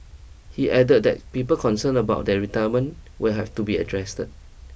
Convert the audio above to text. he added that people concerns about their retirement will have to be addressed